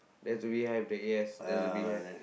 there's a beehive there yes there's a beehive